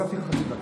הוספתי לך חצי דקה.